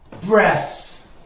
breath